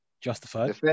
Justified